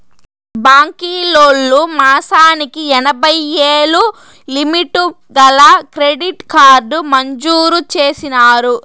బాంకీలోల్లు మాసానికి ఎనభైయ్యేలు లిమిటు గల క్రెడిట్ కార్డు మంజూరు చేసినారు